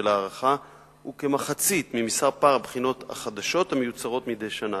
ולהערכה הוא כמחצית ממספר הבחינות החדשות המיוצרות מדי שנה.